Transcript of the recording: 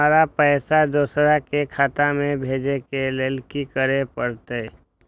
हमरा पैसा दोसर के खाता में भेजे के लेल की करे परते?